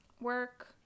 work